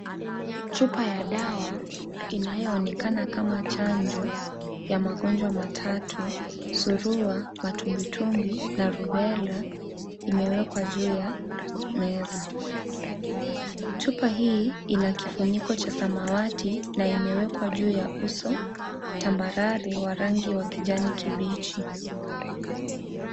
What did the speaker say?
Chupa ya dawa inayoonekana kama chanjo ya magonjwa matatu suluwa, matubwitubwi na rubela imewekwa juu ya meza. Chupa hii ina kifunko cha samawati na imewekwa juu ya uso tambarare wa rangi ya kijani kibichi.